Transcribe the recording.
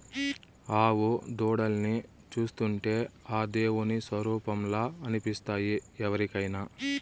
ఆవు దూడల్ని చూస్తుంటే ఆ దేవుని స్వరుపంలా అనిపిస్తాయి ఎవరికైనా